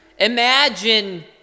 imagine